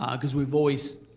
um because we've always,